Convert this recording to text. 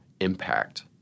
impact